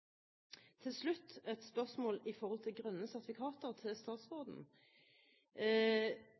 Til slutt et spørsmål til statsråden om grønne sertifikater.